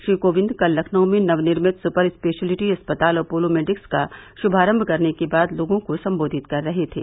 श्री कोविंद कल लखनऊ में नवनिर्मित सुपर स्पेशिलिटी अस्पताल अपॅलो मेडिक्स का शुभारम्भ करने के बाद लोगों को सम्बोधित कर रहे थे